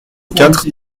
quatre